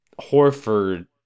Horford